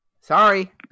sorry